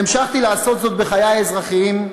המשכתי לעשות זאת בחיי האזרחיים,